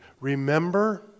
Remember